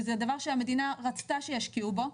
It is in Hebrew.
שזה דבר שהמדינה רצתה שישקיעו בו,